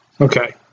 okay